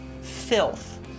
filth